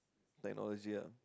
technology ah